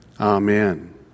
amen